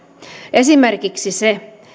esimerkiksi se